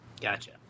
Gotcha